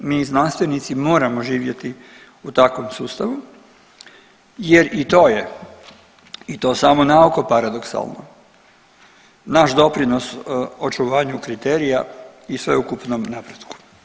Mi znanstvenici moramo živjeti u takvom sustavu jer i to je i to samo naoko paradoksalno, naš doprinos očuvanju kriterija i sveukupnom napretku.